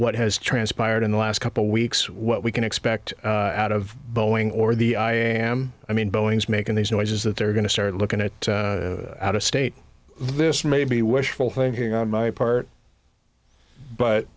what has transpired in the last couple weeks what we can expect out of boeing or the i am i mean boeing is making these noises that they're going to start looking at out of state this may be wishful thinking on my part but